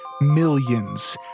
millions